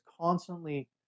constantly